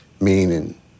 meaning